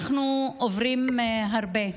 אנחנו עוברים הרבה,